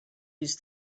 use